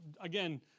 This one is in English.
again